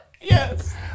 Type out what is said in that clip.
Yes